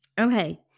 Okay